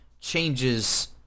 changes